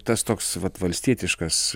tas toks vat valstietiškas